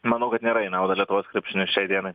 manau kad nėra į naudą lietuvos krepšiniui šiai dienai